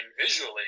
visually